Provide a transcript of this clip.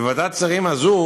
בוועדת השרים הזו